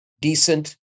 decent